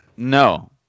No